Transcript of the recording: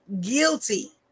Guilty